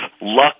luck